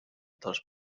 dels